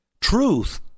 Truth